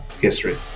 history